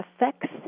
affects